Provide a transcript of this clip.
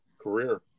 career